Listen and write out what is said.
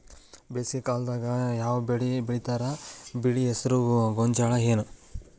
ಬೇಸಿಗೆ ಕಾಲದಾಗ ಯಾವ್ ಬೆಳಿ ಬೆಳಿತಾರ, ಬೆಳಿ ಹೆಸರು ಗೋಂಜಾಳ ಏನ್?